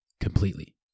Completely